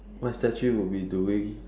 my statue would be doing